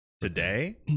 today